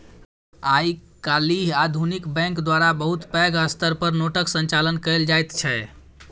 आइ काल्हि आधुनिक बैंक द्वारा बहुत पैघ स्तर पर नोटक संचालन कएल जाइत छै